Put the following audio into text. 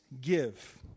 give